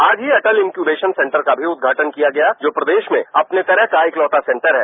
आज ही अटल इंक्यूवेशनसेन्टर का भी उद्घाटन किया गया जो प्रदेश में अपने तरह का इकलौता सेंटर है